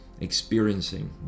experiencing